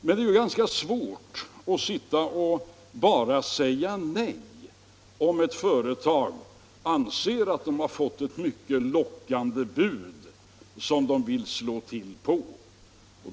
Men det är ganska svårt att sitta och bara säga nej om ett företag anser att det fått ett mycket lockande bud som det vill anta.